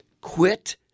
quit